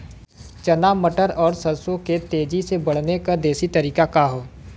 चना मटर और सरसों के तेजी से बढ़ने क देशी तरीका का ह?